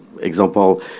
example